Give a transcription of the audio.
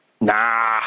nah